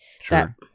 Sure